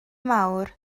mawr